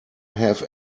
have